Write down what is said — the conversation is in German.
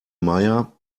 meier